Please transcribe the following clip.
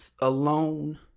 alone